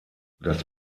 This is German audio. das